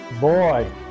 Boy